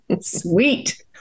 sweet